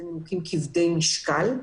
כבדי משקל.